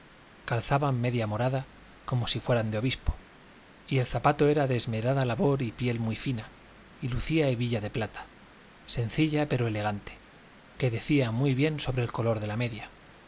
calzaban media morada como si fueran de obispo y el zapato era de esmerada labor y piel muy fina y lucía hebilla de plata sencilla pero elegante que decía muy bien sobre el color de la media